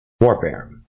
warfare